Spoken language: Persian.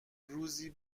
روزی